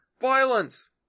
violence